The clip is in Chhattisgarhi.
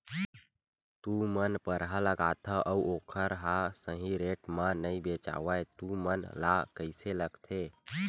तू मन परहा लगाथव अउ ओखर हा सही रेट मा नई बेचवाए तू मन ला कइसे लगथे?